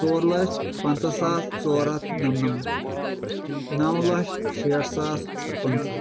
ژور لَچھ پَنژہ ساس ژور ہَتھ نَمنَمَت نَو لَچھ شیٹھ ساس پٕنژٕ